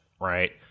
right